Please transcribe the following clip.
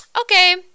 okay